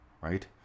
right